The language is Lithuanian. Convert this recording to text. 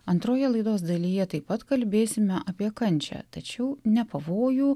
antroje laidos dalyje taip pat kalbėsime apie kančią tačiau ne pavojų